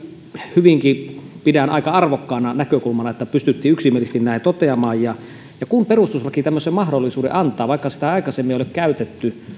hyvinkin pidän aika arvokkaana näkökulmana että pystyttiin yksimielisesti näin toteamaan ja ja kun perustuslaki tämmöisen mahdollisuuden antaa vaikka sitä aikaisemmin ei ole käytetty